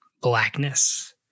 blackness